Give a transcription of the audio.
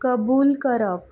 कबूल करप